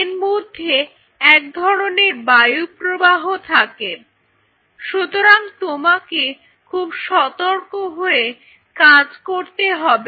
এর মধ্যে এক ধরনের বায়ুপ্রবাহ থাকে সুতরাং তোমাকে খুব সতর্ক হয়ে কাজ করতে হবে